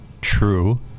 true